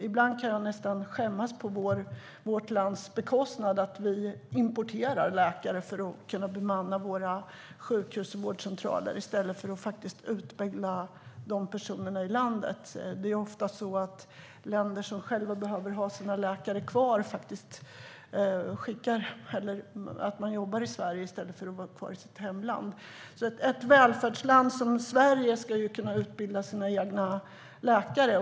Ibland kan jag nästan skämmas på vårt lands vägnar för att vi importerar läkare för att kunna bemanna våra sjukhus och vårdcentraler i stället för att utbilda personer i landet. Det är ju ofta så att läkare från länder som behöver ha sina läkare kvar jobbar i Sverige i stället för att vara kvar i sitt hemland. Ett välfärdsland som Sverige ska kunna utbilda sina egna läkare.